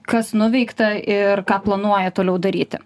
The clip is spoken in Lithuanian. kas nuveikta ir ką planuojat toliau daryti